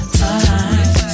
time